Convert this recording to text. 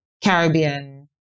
Caribbean